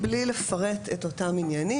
בלי לפרט את אותם עניינים.